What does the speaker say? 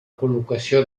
col·locació